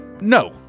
no